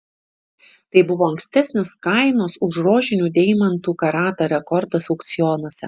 tai buvo ankstesnis kainos už rožinių deimantų karatą rekordas aukcionuose